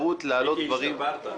מיקי, השתפרת.